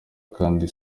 kandi